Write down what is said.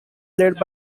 led